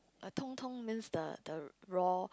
a means the the raw